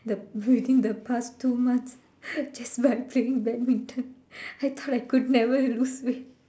the within the past two months just by playing badminton I thought I could never lose weight